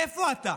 איפה אתה?